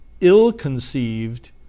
ill-conceived